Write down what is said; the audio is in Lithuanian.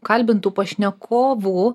kalbintų pašnekovų